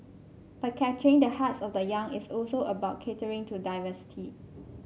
but capturing the hearts of the young is also about catering to diversity